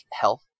health